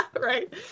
Right